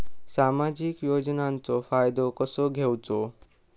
सामाजिक योजनांचो फायदो कसो घेवचो?